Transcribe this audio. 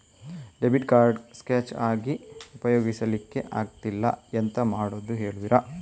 Debit card scratch ಆಗಿ ಉಪಯೋಗಿಸಲ್ಲಿಕ್ಕೆ ಆಗ್ತಿಲ್ಲ, ಎಂತ ಮಾಡುದೆಂದು ಹೇಳುವಿರಾ?